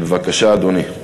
בבקשה, אדוני.